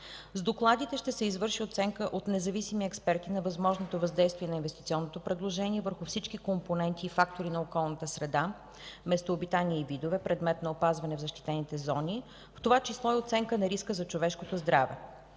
С докладите ще се извърши оценка от независими експерти на възможното въздействие на инвестиционното предложение върху всички компоненти и фактори на околната среда, местообитания и видове, предмет на опазване в защитените зони, в това число и оценка на риска за човешкото здраве.